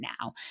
now